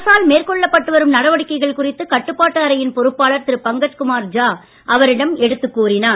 அரசால் மேற்கொள்ளப்பட்டு வரும் நடவடிக்கைகள் குறித்து கட்டுப்பாட்டு அறையின் பொறுப்பாளர் திரு பங்கஜ் குமார் ஜா அவரிடம் எடுத்துக் கூறினார்